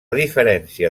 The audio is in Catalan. diferència